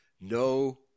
No